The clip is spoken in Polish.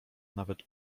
nawet